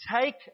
take